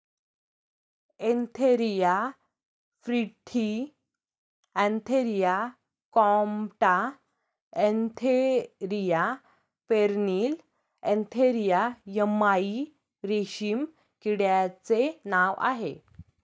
Antheraea फ्रिथी अँथेरिया कॉम्प्टा एंथेरिया पेरनिल एंथेरिया यम्माई रेशीम किड्याचे नाव आहे